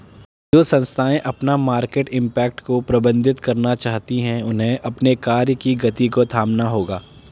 जो संस्थाएं अपना मार्केट इम्पैक्ट को प्रबंधित करना चाहती हैं उन्हें अपने कार्य की गति को थामना होगा